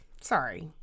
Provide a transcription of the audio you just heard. Sorry